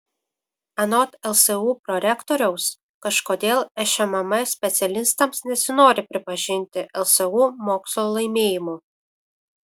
anot lsu prorektoriaus kažkodėl šmm specialistams nesinori pripažinti lsu mokslo laimėjimų